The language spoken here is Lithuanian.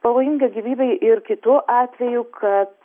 pavojinga gyvybei ir kitu atveju kad